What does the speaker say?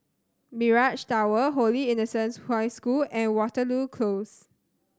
Mirage Tower Holy Innocents' High School and Waterloo Close